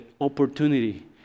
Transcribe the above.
opportunity